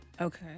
Okay